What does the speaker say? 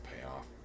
payoff